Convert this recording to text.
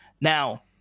Now